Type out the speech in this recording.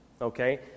okay